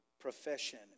profession